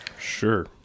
Sure